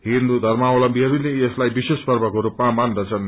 हिन्दू धार्मावलम्बीहरूले यसलाइ विशेष पर्वको रूपमा मान्दछन्